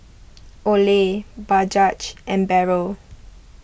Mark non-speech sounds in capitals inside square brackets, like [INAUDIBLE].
Olay [UNINTELLIGIBLE] and Barrel